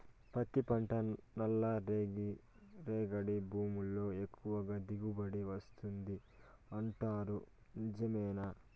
పత్తి పంట నల్లరేగడి భూముల్లో ఎక్కువగా దిగుబడి వస్తుంది అంటారు నిజమేనా